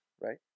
right